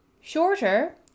shorter